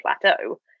plateau